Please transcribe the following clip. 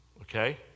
Okay